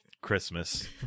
Christmas